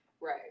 right